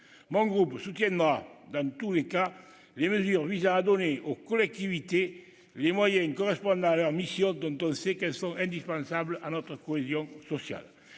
mon groupe soutiendra dans tous les cas, les mesures visant à donner aux collectivités les moyens correspondant à leur mission, dont on sait qu'elles sont indispensables à notre cohésion sociale,